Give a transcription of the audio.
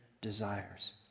desires